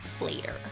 later